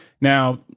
Now